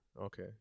Okay